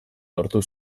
lortu